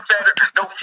no